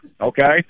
okay